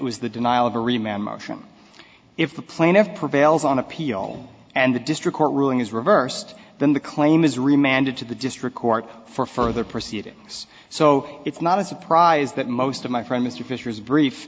remember if the plan of prevails on appeal and the district court ruling is reversed then the claim is remanded to the district court for further proceedings so it's not a surprise that most of my friend mr fisher is brief